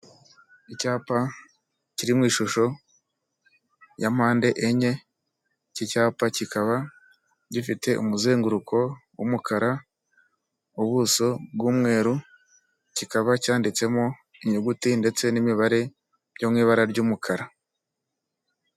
Icyapa kiri mu ishusho ya mpande enye, iki cyapa kikaba gifite umuzenguruko w'umukara, ubuso bw'umweru, kikaba cyanditsemo inyuguti ndetse n'imibare byo mu ibara ry'umukara.